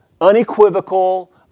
unequivocal